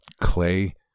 clay